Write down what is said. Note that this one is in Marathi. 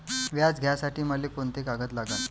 व्याज घ्यासाठी मले कोंते कागद लागन?